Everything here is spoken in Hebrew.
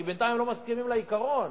כי בינתיים לא מסכימים לעיקרון.